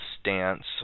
stance